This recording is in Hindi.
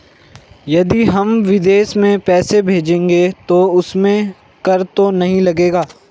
यदि हम विदेश में पैसे भेजेंगे तो उसमें कर तो नहीं लगेगा?